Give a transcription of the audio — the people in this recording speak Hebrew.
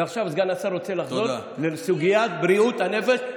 עכשיו סגן השר רוצה לחזור לסוגיית בריאות הנפש,